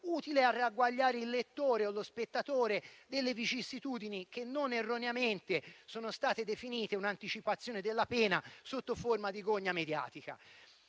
utile a ragguagliare il lettore o lo spettatore su vicissitudini che non erroneamente sono state definite un'anticipazione della pena sotto forma di gogna mediatica.